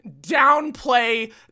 downplay